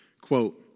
quote